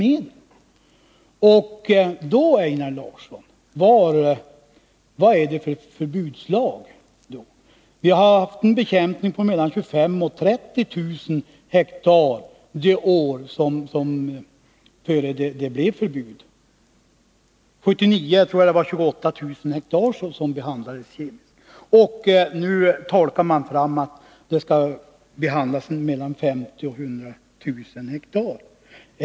Vad är det då, Einar Larsson, för förbudslag? Bekämpningen har gällt mellan 25 000 och 30 000 ha under åren innan det blev förbud. År 1979 tror jag att det var 28 000 ha som behandlades kemiskt. Och nu kommer man med tolkningen att mellan 50 000 och 100 000 ha skall behandlas.